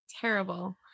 terrible